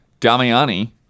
Damiani